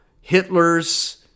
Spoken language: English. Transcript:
Hitler's